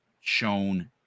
shown